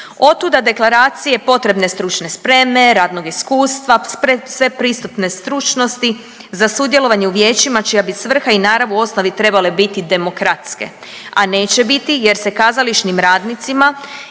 Otuda deklaracije, potrebne stručne spreme, radnog iskustva, sve pristupne stručnosti za sudjelovanje u vijećima čija bi svrha i narav u osnovi trebale biti demokratske, a neće biti jer se kazališnim radnicima